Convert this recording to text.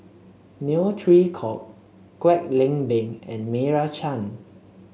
Neo Chwee Kok Kwek Leng Beng and Meira Chand